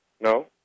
No